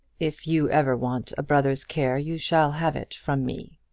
if you ever want a brother's care you shall have it from me,